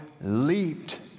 leaped